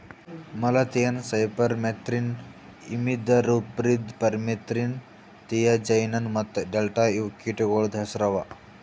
malathion, cypermethrin, imidacloprid, permethrin, diazinon ಮತ್ತ delta ಇವು ಕೀಟಗೊಳ್ದು ಹೆಸುರ್ ಅವಾ